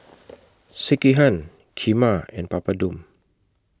Sekihan Kheema and Papadum